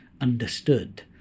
understood